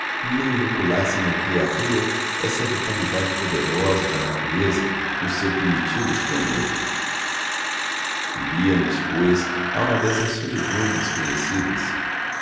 não inoculassem na criatura essa vitalidade poderosa da natureza no seu primitivo esplendor iríamos pois a uma dessas solidões desconhecidas